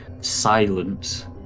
silence